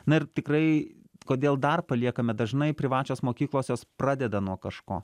na ir tikrai kodėl dar paliekame dažnai privačios mokyklos jos pradeda nuo kažko